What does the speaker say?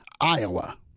Iowa